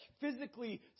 physically